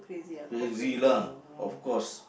crazy lah of course